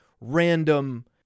random